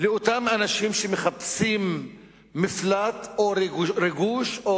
לאותם אנשים שמחפשים מפלט או ריגוש או